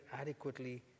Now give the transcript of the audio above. adequately